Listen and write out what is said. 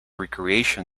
recreation